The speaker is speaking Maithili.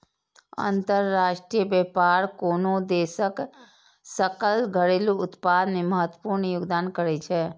अंतरराष्ट्रीय व्यापार कोनो देशक सकल घरेलू उत्पाद मे महत्वपूर्ण योगदान करै छै